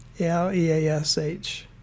L-E-A-S-H